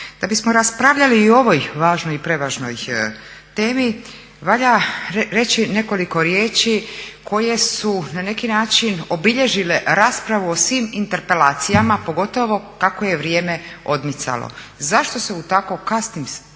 Da bismo raspravljali i o ovoj važnoj i prevažnoj temi valja reći nekoliko riječi koje su na neki način obilježile raspravu o svim interpelacijama a pogotovo kako je vrijeme odmicalo. Zašto se u tako kasno vrijeme